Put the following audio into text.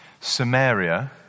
Samaria